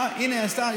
הינה, הם פה.